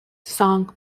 song